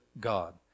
God